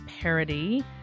Parody